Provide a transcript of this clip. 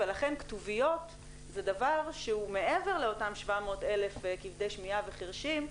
ולכן כתוביות זה דבר שהוא מעבר לאותם 700,000 כבדי שמיעה וחירשים,